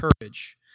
courage